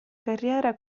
carriera